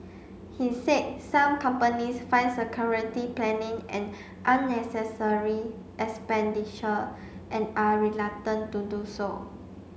he said some companies find security planning an unnecessary expenditure and are reluctant to do so